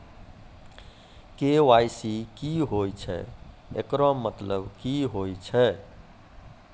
KYC की होय छै, एकरो मतलब की होय छै?